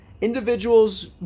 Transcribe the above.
individuals